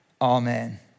Amen